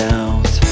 out